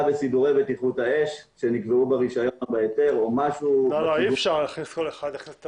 בסידורי בטיחות האש שנקבעו ברישיון או בהיתר" או משהו בנוסח הזה.